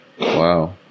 Wow